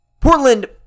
Portland